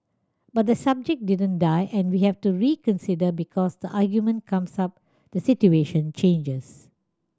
but the subject didn't die and we have to reconsider because the argument comes up the situation changes